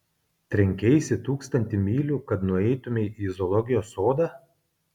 trenkeisi tūkstantį mylių kad nueitumei į zoologijos sodą